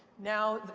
now,